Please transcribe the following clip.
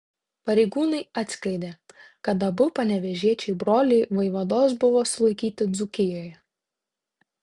pareigūnai atskleidė kad abu panevėžiečiai broliai vaivados buvo sulaikyti dzūkijoje